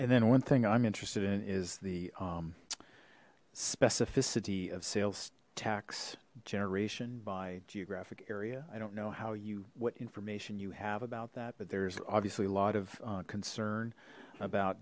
and then one thing i'm interested in is the specificity of sales tax generation by geographic area i don't know how you what information you have about that but there's obviously a lot of concern about